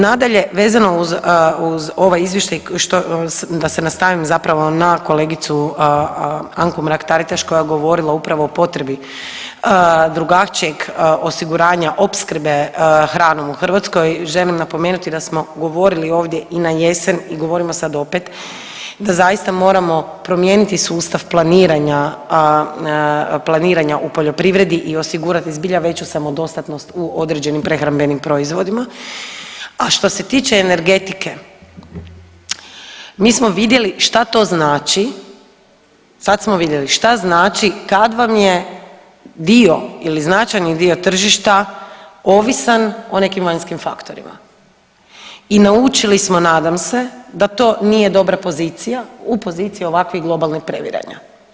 Nadalje, vezano uz ovaj Izvještaj da se nastavim zapravo na kolegicu Anku Mrak-Taritaš koja je govorila upravo o potrebi drugačijeg osiguranja opskrbe hranom u Hrvatskoj, želim napomenuti da smo govorili ovdje i na jesen i govorimo sad opet da zaista moramo promijeniti sustav planiranja u poljoprivredi i osigurati zbilju veću samodostatnost u određenim prehrambenim proizvodima, a što se tiče energetike, mi smo vidjeli šta to znači, sad smo vidjeli šta znači kad vam je dio ili značajni dio tržišta ovisan o nekim vanjskim faktorima i naučili smo, nadam se, da to nije dobra pozicija u poziciji ovakvih globalnih previranja.